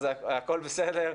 אז הכול בסדר,